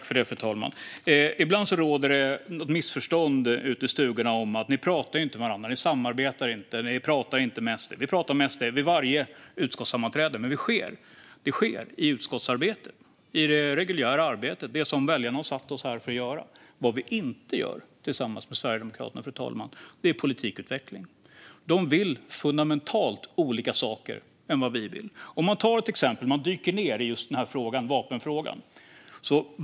Fru talman! Ibland råder det missförstånd ute i stugorna om att vi varken pratar eller samarbetar med SD. Men vi pratar med SD vid varje utskottssammanträde, i det reguljära arbete i utskottet som väljarna satt oss här att göra. Vad vi inte gör med Sverigedemokraterna är politikutveckling, för de vill fundamentalt olika saker än vad vi vill. Låt oss dyka ned i just denna vapenfråga.